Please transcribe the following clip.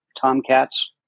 Tomcats